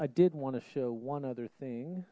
i did want to show one other thing